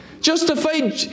Justified